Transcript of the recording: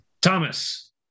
Thomas